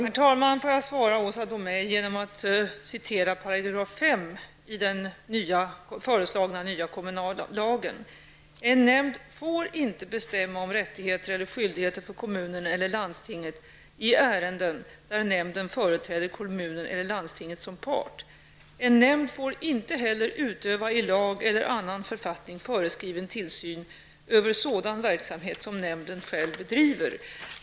Herr talman! Får jag svara Åsa Domeij genom att läsa upp 5 § i den föreslagna nya kommunallagen. Den lyder: En nämnd får inte bestämma om rättigheter eller skyldigheter för kommunen eller landstinget i ärenden där nämnden företräder kommunen eller landstinget som part. En nämnd får inte heller utöva i lag eller annan författning föreskriven tillsyn över sådan verksamhet som nämnden själv bedriver.